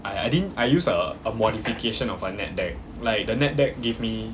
I I didn't I use a a modification of a net deck like the net deck give me